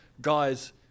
guys